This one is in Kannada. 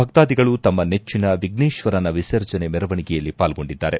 ಭಕ್ತಾಧಿಗಳು ತಮ್ಮ ನೆಚ್ಚಿನ ವಿಷ್ಷೇತ್ವರನ ವಿಸರ್ಜನೆ ಮೆರವಣಿಗೆಯಲ್ಲಿ ಪಾಲ್ಸೊಂಡಿದ್ದಾರೆ